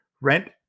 rent